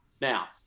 Now